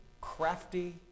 crafty